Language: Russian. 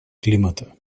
климата